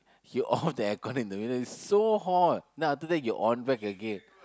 you off the aircon in the middle it's so hot then after that you on back again